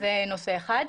זה נושא אחד.